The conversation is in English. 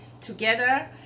together